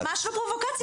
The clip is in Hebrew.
זה ממש לא פרובוקציה,